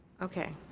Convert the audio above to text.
okay.